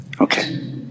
Okay